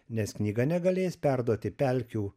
nes knyga negalės perduoti pelkių